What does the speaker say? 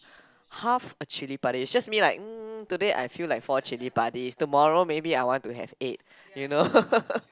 half a chili padi it's just me like mm today I feel like four chili padis tomorrow maybe I want to have eight you know